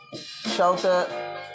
shelter